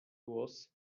głos